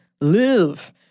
live